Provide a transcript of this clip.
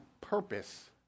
purpose